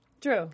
True